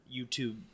youtube